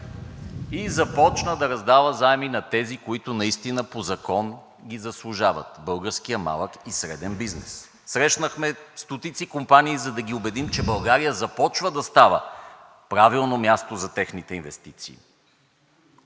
и започна да раздава заеми на тези, които наистина по Закон ги заслужават – българския малък и среден бизнес. Срещнахме стотици компании, за да ги убедим, че България започва да става правилно място за техните инвестиции.